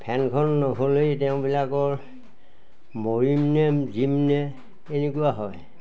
ফেনখন নহ'লেই তেওঁবিলাকৰ মৰিমনে জিমনে এনেকুৱা হয়